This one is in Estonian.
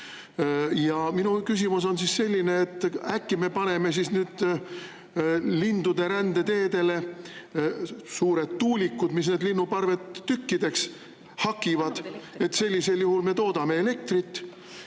Minu küsimus on selline: äkki me paneme nüüd lindude rändeteedele suured tuulikud, mis need linnuparved tükkideks hakivad? Sellisel juhul me toodame elektrit